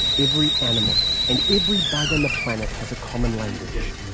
every animal and every bug on the planet has a common language!